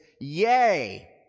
Yay